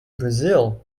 brazil